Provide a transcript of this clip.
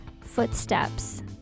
footsteps